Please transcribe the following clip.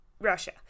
Russia